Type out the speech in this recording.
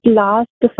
last